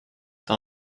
t’as